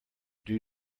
due